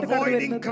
Avoiding